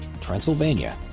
Transylvania